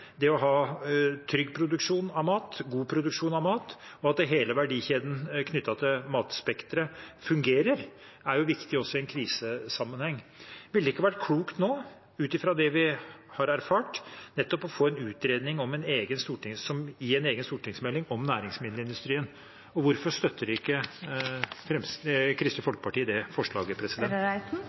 det å ha trygg produksjon av mat, god produksjon av mat – at hele verdikjeden knyttet til matspekteret fungerer – viktig også i en krisesammenheng. Ville det ikke vært klokt nå, ut fra det vi har erfart, å få nettopp en utredning i en egen stortingsmelding om næringsmiddelindustrien? Hvorfor støtter ikke Kristelig Folkeparti det forslaget?